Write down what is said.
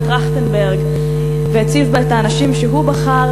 ועדת-טרכטנברג והציב בה את האנשים שהוא בחר,